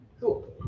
Cool